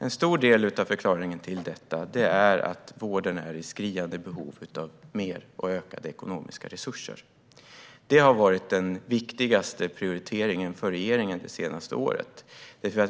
En stor del av förklaringen till detta är att vården är i skriande behov av mer och ökade ekonomiska resurser. Detta har varit regeringens viktigaste prioritering det senaste året.